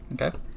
okay